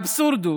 האבסורד הוא